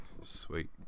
Sweet